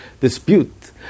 dispute